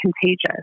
contagious